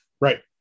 right